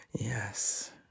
Yes